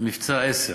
מבצע עשר,